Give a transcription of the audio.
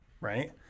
right